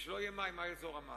וכאשר לא יהיו מים מה יעזור המס?